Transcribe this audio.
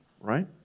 right